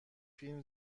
فیلم